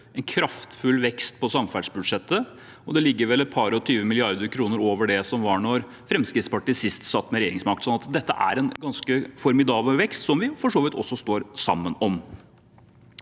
en kraftfull vekst på samferdselsbudsjettet, og det ligger vel ca. 22 mrd. kr over det som det var da Fremskrittspartiet sist satt med regjeringsmakt. Så dette er en ganske formidabel vekst, som vi for så vidt også står sammen om.